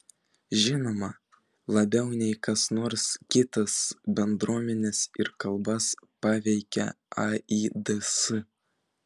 žinoma labiau nei kas nors kitas bendruomenes ir kalbas paveikia aids